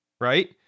right